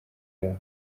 yabo